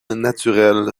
naturelle